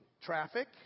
traffic